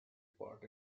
part